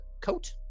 coat